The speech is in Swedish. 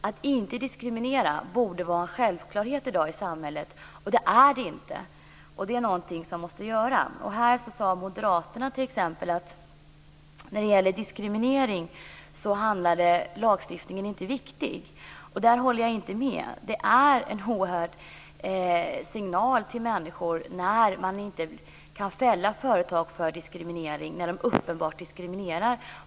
Att inte diskriminera borde vara en självklarhet i dag i samhället. Det är det inte. Här har Moderaterna sagt att i fråga om diskriminering är lagstiftningen inte viktig. Där håller jag inte med. Det är en signal till människor när det inte går att fälla ett företag för uppenbar diskriminering.